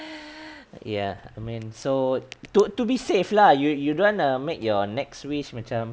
ya I mean so untuk to be safe lah you you don't wanna make your next wish macam